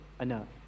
enough